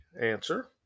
answer